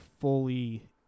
fully